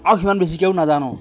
আৰু সিমান বেছিকেও নাজানো